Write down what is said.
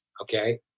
Okay